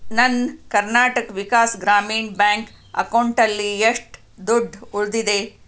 ನನ್ನ ಕರ್ನಾಟಕ್ ವಿಕಾಸ್ ಗ್ರಾಮೀಣ್ ಬ್ಯಾಂಕ್ ಅಕೌಂಟಲ್ಲಿ ಎಷ್ಟು ದುಡ್ಡು ಉಳಿದಿದೆ